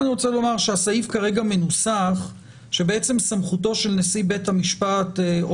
הסעיף כרגע מנוסח שסמכותו של נשיא בית המשפט או